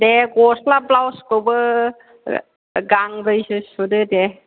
बे गस्ला ब्लाउसखौबो गांब्रैसो सुदो दे